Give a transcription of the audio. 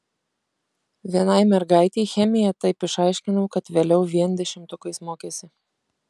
vienai mergaitei chemiją taip išaiškinau kad vėliau vien dešimtukais mokėsi